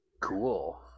Cool